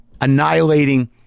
annihilating